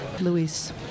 Luis